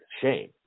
shame